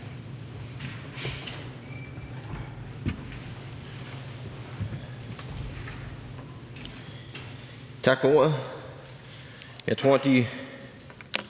Tak for ordet. Jeg tror, de